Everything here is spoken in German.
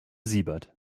siebert